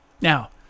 Now